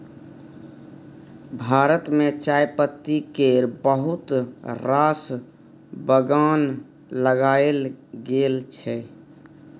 भारत मे चायपत्ती केर बहुत रास बगान लगाएल गेल छै